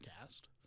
cast